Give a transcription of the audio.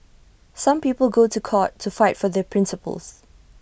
some people go to court to fight for their principles